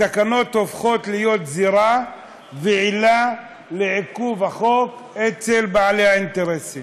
התקנות הופכות להיות זירה ועילה לעיכוב החוק אצל בעלי האינטרסים.